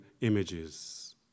images